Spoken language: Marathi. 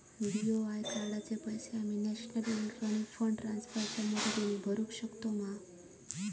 बी.ओ.आय कार्डाचे पैसे आम्ही नेशनल इलेक्ट्रॉनिक फंड ट्रान्स्फर च्या मदतीने भरुक शकतू मा?